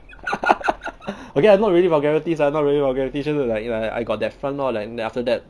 okay ah not really vulgarities ah not really vulgarities just that like like I got that front lor like then after that